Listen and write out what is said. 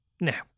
Now